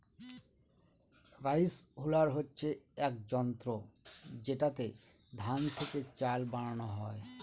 rice huller হচ্ছে এক যন্ত্র যেটাতে ধান থেকে চাল বানানো হয়